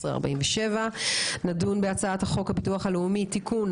השעה היא 12:47. נדון בהצעת חוק הביטוח הלאומי (תיקון